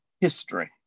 history